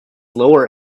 lower